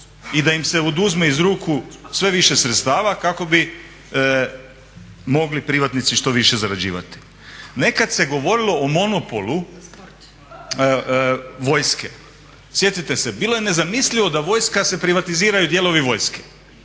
i da im se oduzme iz ruku sve više sredstava kako bi mogli privatnici što više zarađivati. Nekad se govorilo o monopolu vojske. Sjetite se, bilo je nezamislivo da vojska se, privatiziraju dijelovi vojske.